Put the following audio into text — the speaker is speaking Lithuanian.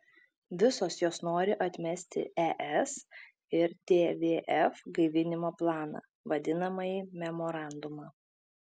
visos jos nori atmesti es ir tvf gaivinimo planą vadinamąjį memorandumą